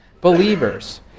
believers